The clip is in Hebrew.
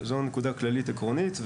זו נקודה כללית עקרונית.